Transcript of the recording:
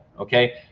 Okay